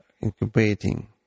incubating